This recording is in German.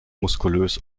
muskulös